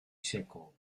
seco